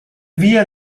via